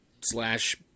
slash